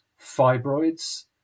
fibroids